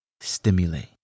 stimulate